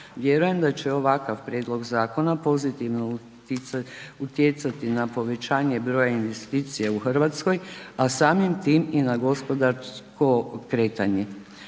Vjerujem da će ovakav prijedlog zakona pozitivno utjecati na povećanje broja investicija u Hrvatskoj, a samim time i na gospodarsko kretanje.